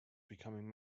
becoming